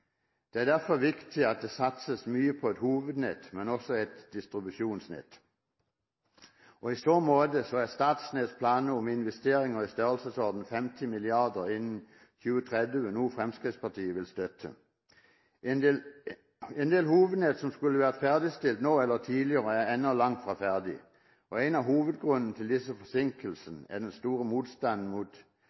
Det er derfor viktig at det satses mye, ikke bare på et hovednett, men også på et distribusjonsnett. I så måte er Statnetts planer om investeringer i størrelsesorden 50 mrd. kr innen 2030 noe som Fremskrittspartiet vil støtte. En del hovednett som skulle vært ferdigstilt nå eller tidligere, er ennå langt fra ferdig. En av hovedgrunnene til disse forsinkelsene er den store motstanden mot